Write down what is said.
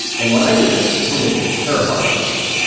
and when i did this, it painted a terrifying picture.